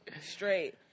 Straight